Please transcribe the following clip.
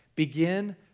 Begin